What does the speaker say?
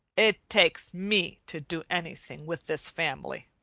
it takes me to do anything with this family.